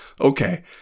Okay